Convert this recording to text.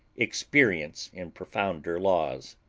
experience in profounder laws.